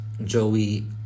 Joey